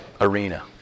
arena